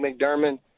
McDermott